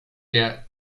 der